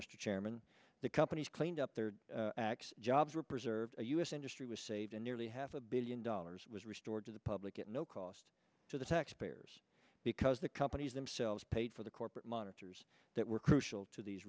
mr chairman the companies cleaned up their acts jobs were preserved us industry was saved and nearly half a billion dollars was restored to the public at no cost to the taxpayers because the companies themselves paid for the corporate monitors that were crucial to these